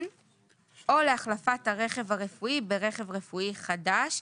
או להחלפת הרכב הרפואי ברכב רפואי חדש,